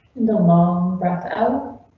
the long run out.